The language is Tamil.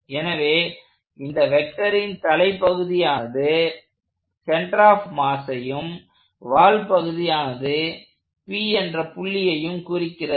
எனவே இந்த வெக்டரின் தலைப்பகுதியானது சென்டர் ஆப் மாஸையும் வால் பகுதியானது P என்ற புள்ளியையும் குறிக்கிறது